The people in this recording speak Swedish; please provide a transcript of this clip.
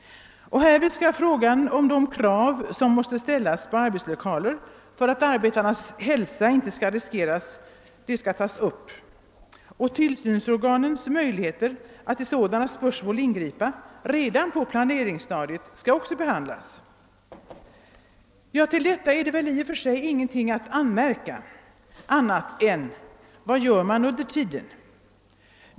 Härvid skall frågan tas upp om de krav som måste ställas på arbetslokaler för att arbetarens hälsa inte skall riskeras. Tillsynsorganens möjligheter att i sådana spörsmål ingripa redan på planeringsstadiet skall också behandlas. Detta föranleder i och för sig ingen annan anmärkning än: Vad gör man under tiden?